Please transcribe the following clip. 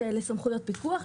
שאלה סמכויות פיקוח,